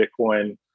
Bitcoin